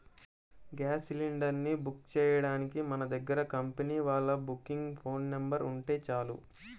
gas cylinder ని book చెయ్యడానికి మన దగ్గర కంపెనీ వాళ్ళ బుకింగ్ ఫోన్ నెంబర్ ఉంటే చాలు